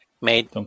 made